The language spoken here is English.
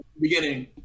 Beginning